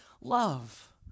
love